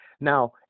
Now